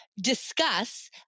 discuss